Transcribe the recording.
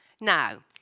Now